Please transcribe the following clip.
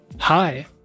Hi